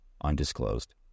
undisclosed